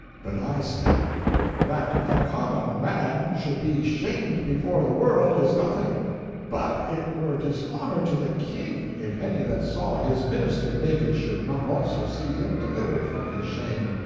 but i said that a common man should be shamed before the world, is nothing but it were dishonor to the king if any that saw his minister naked should not also see him delivered from his shame.